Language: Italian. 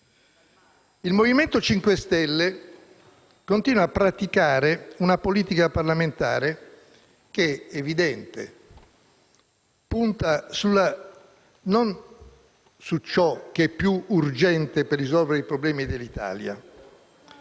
Il Movimento 5 Stelle continua a praticare una politica parlamentare che - è evidente - punta non su ciò che è più urgente per risolvere i problemi dell'Italia,